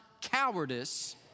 cowardice